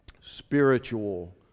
Spiritual